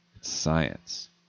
Science